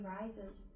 rises